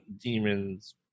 Demons